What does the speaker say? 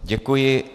Děkuji.